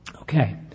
Okay